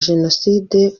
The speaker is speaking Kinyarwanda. jenoside